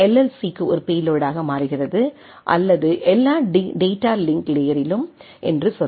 சிக்கு ஒரு பேலோடாக மாறுகிறது அல்லது எல்லா டேட்டா லிங்க் லேயரிலும் என்று சொல்லலாம்